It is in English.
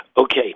Okay